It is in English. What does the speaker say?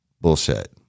bullshit